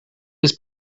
its